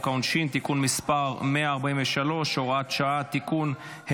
העונשין (תיקון מס' 143 והוראת שעה) (תיקון),